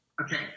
Okay